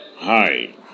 Hi